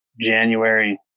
January